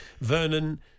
Vernon